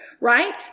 Right